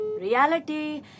Reality